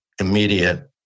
immediate